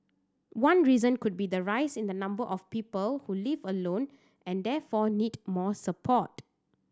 one reason could be the rise in the number of people who live alone and therefore need more support